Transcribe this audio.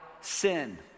sin